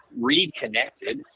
reconnected